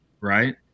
right